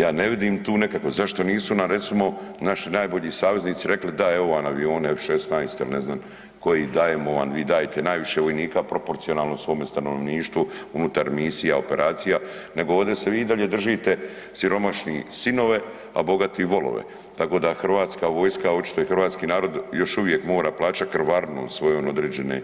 Ja ne vidim tu nekakve, zašto nisu na recimo naši najbolji saveznici rekli da, evo vam avione F-16 ili ne znam koji, dajemo vam, vi dajete najviše vojnika proporcionalnom svom stanovništvu unutar misija operacija, nego ovdje se vi i dalje držite „siromašni sinove a bogati volove“, tako da hrvatska vojska a očito i hrvatski narod još uvijek mora plaćati krvarinu svoju na određene